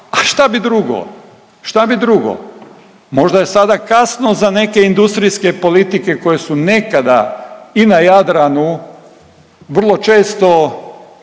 šta bi drugo? Možda je sada kasno za neke industrijske politike koje su nekada i na Jadranu vrlo često